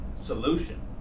solution